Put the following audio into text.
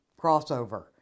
crossover